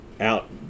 out